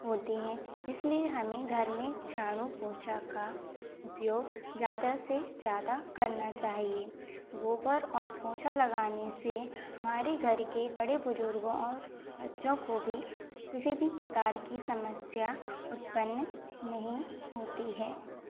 होती हैं इसलिए हमें घर में झाड़ू पोछा का उपयोग ज़्यादा से ज़्यादा करना चाहिए गोबर और पोछा लगाने से हमारे घर के बड़े बुजुर्गों और बच्चों को भी किसी भी प्रकार की समस्या उत्पन्न नहीं होती है